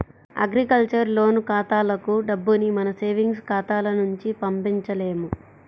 agriculture loan ఖాతాలకు డబ్బుని మన సేవింగ్స్ ఖాతాల నుంచి పంపించలేము